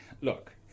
look